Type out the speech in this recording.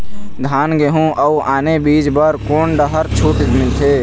धान गेहूं अऊ आने बीज बर कोन डहर छूट मिलथे?